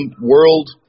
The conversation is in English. world